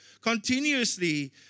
Continuously